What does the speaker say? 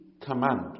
command